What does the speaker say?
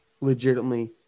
legitimately